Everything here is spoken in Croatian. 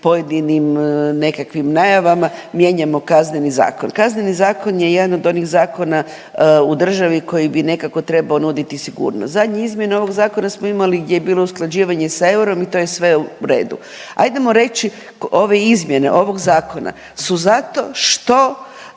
pojedinim nekakvim najavama mijenjamo Kazneni zakon. Kazneni zakon je jedan od onih zakona u državi koji bi nekako trebao nuditi sigurnost. Zadnje izmjene ovog zakona smo imali gdje je bilo usklađivanje sa eurom i to je sve u redu. Ajdemo reći ove izmjene ovog zakona su zato što